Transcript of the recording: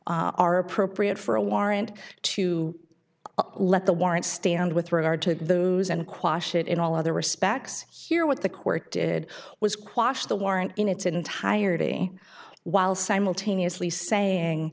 are appropriate for a warrant to let the warrant stand with regard to those and aquash it in all other respects here what the court did was quashed the warrant in its entirety while simultaneously saying